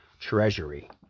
treasury